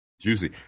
Juicy